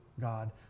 God